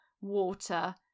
water